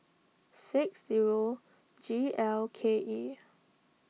six zero G L K E